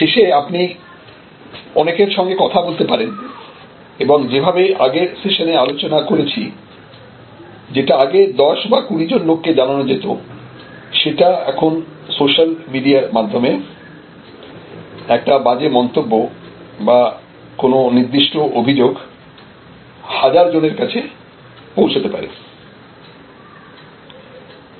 শেষে আপনি অনেকের সঙ্গে কথা বলতে পারেন এবং যেভাবে আগের শেষনে আলোচনা করেছি যেটা আগে দশ বা কুড়িজন লোককে জানান যেত সেটা এখন সোশ্যাল মিডিয়ার মাধম্যে একটা বাজে মন্তব্য বা কোনো নির্দিষ্ট অভিযোগ হাজার জনের কাছে পৌঁছে যেতে পারে